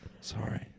Sorry